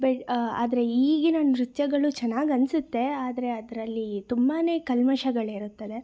ಬೆಳೆ ಆದರೆ ಈಗಿನ ನೃತ್ಯಗಳು ಚೆನ್ನಾಗಿ ಅನಿಸುತ್ತೆ ಆದರೆ ಅದರಲ್ಲಿ ತುಂಬಾ ಕಲ್ಮಶಗಳಿರುತ್ತದೆ